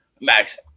Max